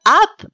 up